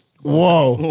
Whoa